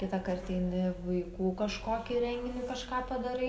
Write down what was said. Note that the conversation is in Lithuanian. kitąkart eini vaikų kažkokį renginį kažką padarai